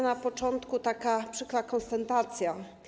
Na początku taka przykra kontestacja.